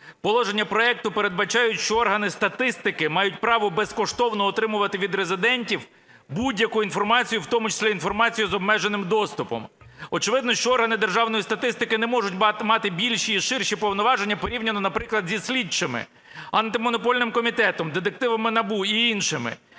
положення проекту передбачають, що органи статистики мають право безкоштовно отримувати від резидентів будь-яку інформацію, в тому числі інформацію з обмеженим доступом. Очевидно, що органи державної статистики не можуть мати ширші повноваження порівняно, наприклад, зі слідчими, Антимонопольним комітетом, детективами НАБУ і іншими,